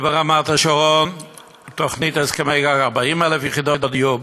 וברמת-השרון תוכנית על 40,000 יחידות דיור,